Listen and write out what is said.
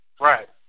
Right